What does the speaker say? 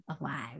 alive